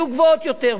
יהיו רבות יותר.